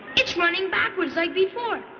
it's running backwards like before.